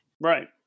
Right